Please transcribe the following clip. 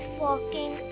walking